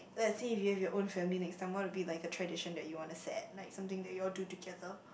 lets say if you have your own family next time what would be like a tradition that you wanna set like something that you all do together